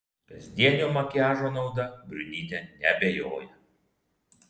kasdienio makiažo nauda briunytė neabejoja